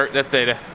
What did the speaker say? um this data